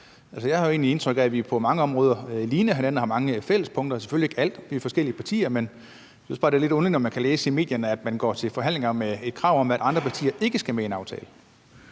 jeg havde egentlig indtryk af, at vi på mange områder ligner hinanden og har mange fælles punkter – selvfølgelig ikke på alle områder, for vi er forskellige partier. Men jeg synes bare, det er lidt underligt, at man kan læse i medierne, at man går til forhandlingerne med et krav om, at andre partier ikke skal med i en aftale.